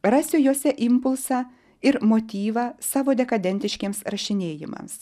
rasiu jose impulsą ir motyvą savo dekadentiškiems rašinėjimams